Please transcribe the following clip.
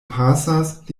pasas